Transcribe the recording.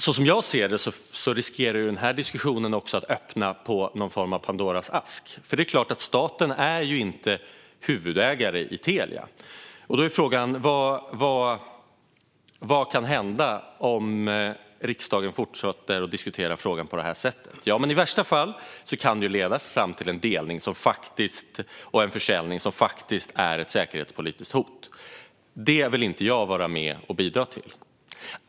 Som jag ser det riskerar den här diskussionen också att öppna någon form av Pandoras ask. Det är klart att staten inte är huvudägare i Telia. Då är frågan vad som kan hända om riksdagen fortsätter att diskutera frågan på det här sättet. I värsta fall kan det leda fram till en delning och försäljning som faktiskt är ett säkerhetspolitiskt hot. Det vill inte jag vara med och bidra till.